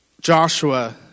Joshua